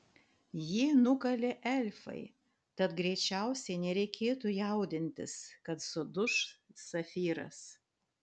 jį nukalė elfai tad greičiausiai nereikėtų jaudintis kad suduš safyras